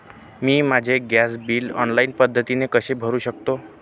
मी माझे gas bill online पद्धतीने कसे भरु शकते?